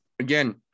again